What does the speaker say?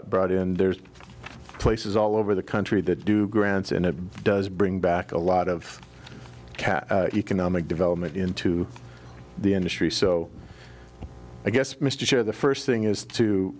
brought in and there's places all over the country that do grants and it does bring back a lot of cash economic development into the industry so i guess mr the first thing is to